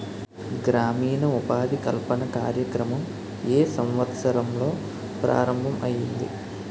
గ్రామీణ ఉపాధి కల్పన కార్యక్రమం ఏ సంవత్సరంలో ప్రారంభం ఐయ్యింది?